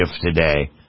today